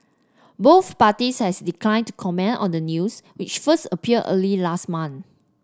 both parties has declined to comment on the news which first appeared early last month